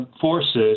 forces